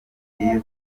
bwiza